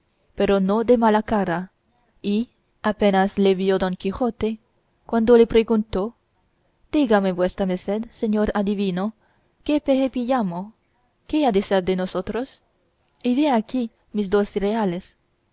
pero no de mala cara y apenas le vio don quijote cuando le preguntó dígame vuestra merced señor adivino qué peje pillamo qué ha de ser de nosotros y vea aquí mis dos reales